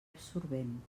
absorbent